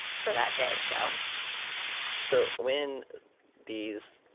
for that day. so so when these,